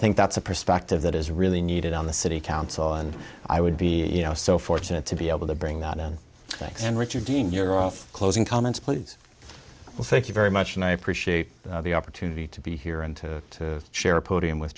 think that's a perspective that is really needed on the city council and i would be you know so fortunate to be able to bring that on thanks and richard dean you're off closing comments please and thank you very much and i appreciate the opportunity to be here and to share a podium with